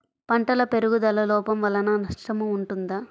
పంటల పెరుగుదల లోపం వలన నష్టము ఉంటుందా?